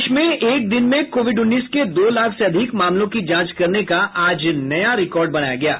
देश में एक दिन में कोविड उन्नीस के दो लाख से अधिक मामलों की जांच करने का आज नया रिकॉर्ड बनाया गया है